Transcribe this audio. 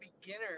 beginner